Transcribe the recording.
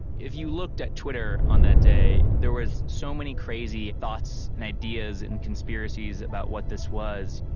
if you looked at twitter on that day, there was so many crazy thoughts and ideas and conspiracies about what this was